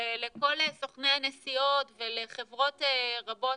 לכל סוכני הנסיעות ולחברות רבות,